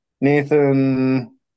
Nathan